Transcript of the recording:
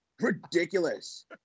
ridiculous